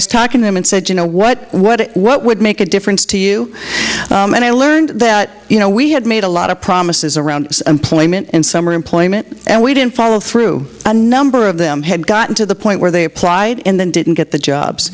was talking to him and said you know what what what would make a difference to you and i learned that you know we had made a lot of promises around employment and summer employment and we didn't follow through a number of them had gotten to the point where they applied and then didn't get the jobs